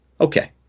okay